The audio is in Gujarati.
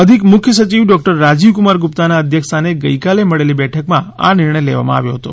અધિક મુખ્ય સચિવ ડોક્ટર રાજીવકુમાર ગુપ્તાના અધ્યક્ષસ્થાને ગઈકાલે મળેલી બેઠકમાં આ નિર્ણય લેવામાં આવ્યો હતો